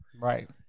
Right